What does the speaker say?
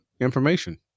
information